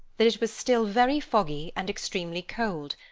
that it was still very foggy and extremely cold,